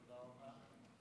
תודה רבה.